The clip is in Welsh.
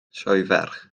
sioeferch